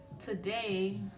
today